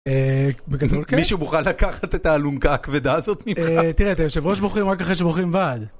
מישהו מוכן לקחת את האלונקה הכבדה הזאת ממך? תראה, את היושב ראש בוחרים רק אחרי שבוחרים ועד.